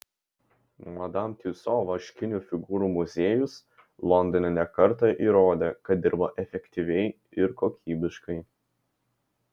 madam tiuso vaškinių figūrų muziejus londone ne kartą įrodė kad dirba efektyviai ir kokybiškai